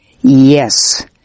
Yes